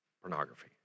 pornography